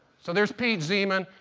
so there's piet zeeman.